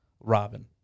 Robin